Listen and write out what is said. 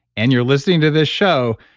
and you're listening to this show,